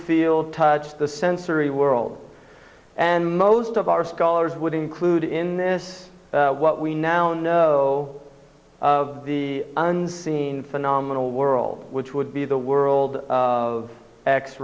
feel touch the sensory world and most of our scholars would include in this what we now know of the unseen phenomenal world which would be the world of x